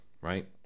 right